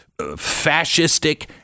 fascistic